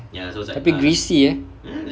a bit greasy ah